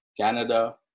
Canada